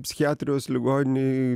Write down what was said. psichiatrijos ligoninėj